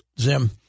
Zim